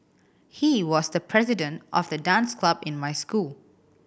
he was the president of the dance club in my school